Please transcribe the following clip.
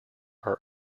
are